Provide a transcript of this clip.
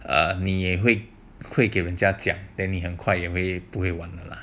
err 你也会给给人家讲你也很快也会不会玩的 lah